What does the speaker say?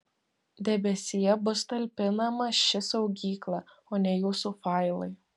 debesyje bus talpinama ši saugykla o ne jūsų failai